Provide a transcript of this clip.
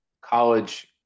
college